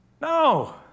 no